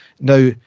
now